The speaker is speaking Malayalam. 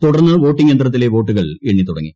തുടർന്ന് വോട്ടിംഗ് യന്തത്തിലെ വോട്ടുകൾ എണ്ണിത്തുടങ്ങി